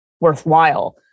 worthwhile